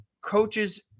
coaches